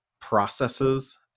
processes